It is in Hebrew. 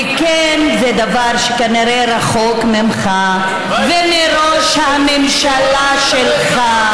וכן, זה דבר שכנראה רחוק ממך ומראש הממשלה שלך,